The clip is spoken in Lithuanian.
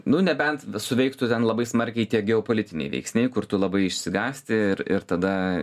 nu nebent suveiktų ten labai smarkiai tie geopolitiniai veiksniai kur tu labai išsigąsti ir ir tada